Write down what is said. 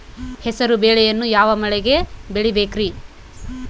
ಹೆಸರುಬೇಳೆಯನ್ನು ಯಾವ ಮಳೆಗೆ ಬೆಳಿಬೇಕ್ರಿ?